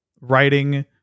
writing